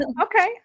okay